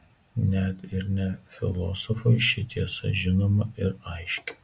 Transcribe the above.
net ir ne filosofui ši tiesa žinoma ir aiški